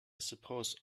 suppose